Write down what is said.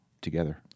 together